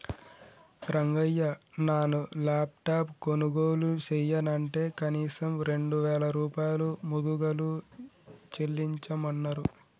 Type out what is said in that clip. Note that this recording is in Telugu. రంగయ్య నాను లాప్టాప్ కొనుగోలు చెయ్యనంటే కనీసం రెండు వేల రూపాయలు ముదుగలు చెల్లించమన్నరు